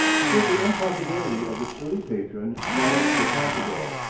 shared the unpopularity of its early patron, madame de pompadour,